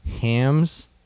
Hams